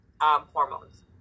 hormones